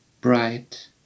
bright